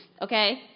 okay